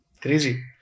crazy